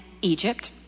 Egypt